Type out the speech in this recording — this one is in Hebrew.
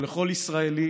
ולכל ישראלי